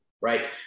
right